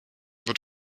wird